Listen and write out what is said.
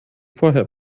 vorher